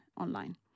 online